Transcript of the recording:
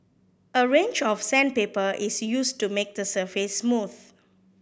a range of sandpaper is used to make the surface smooth